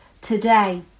today